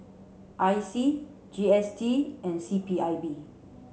I C G S T and C P I B